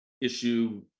issue